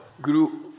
grew